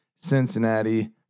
Cincinnati